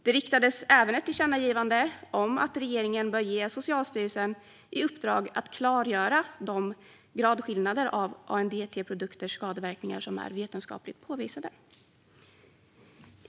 Det riktades även ett tillkännagivande om att regeringen bör ge Socialstyrelsen i uppdrag att klargöra de gradskillnader av ANDT-produkters skadeverkningar som är vetenskapligt påvisade.